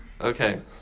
Okay